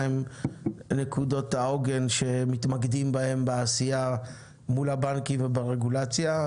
מה הן נקודות העוגן שמתמקדים בהם בעשייה מול הבנקים וברגולציה.